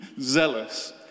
zealous